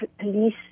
police